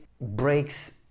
breaks